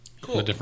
Cool